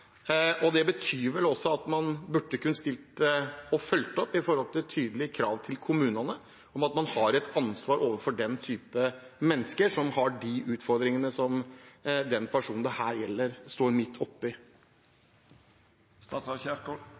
Det betyr vel at man burde fulgt opp med tydelige krav til kommunene om at man har et ansvar overfor mennesker som har slike utfordringer som den personen det her gjelder, står midt